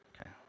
Okay